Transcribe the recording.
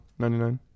99